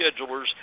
schedulers